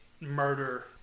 murder